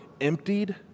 emptied